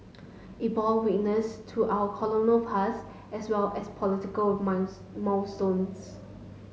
it bore witness to our colonial past as well as political of month milestones